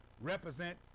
Represent